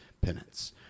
penance